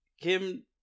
kim